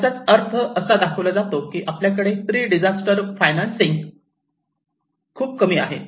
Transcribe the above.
याचा अर्थ असा दाखविला जातो की आपल्याकडे प्रिडिजास्टर फायनान्सिंग खूप कमी आहे